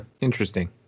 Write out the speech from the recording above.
Interesting